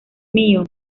mío